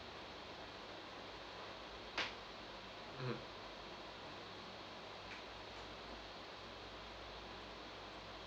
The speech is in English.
mm